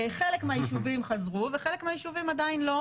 חלק מהיישובים חזרו וחלק מהיישובים עדיין לא,